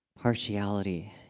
partiality